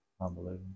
Unbelievable